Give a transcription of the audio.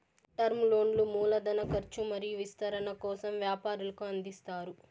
term లోన్లు మూల ధన కర్చు మరియు విస్తరణ కోసం వ్యాపారులకు అందిస్తారు